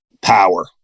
power